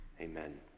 Amen